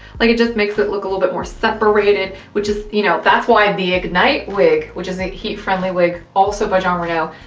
like it just makes it look a little bit more separated, which is, you know, that's why the ignite wig, which is a heat-friendly wig also by jon renau,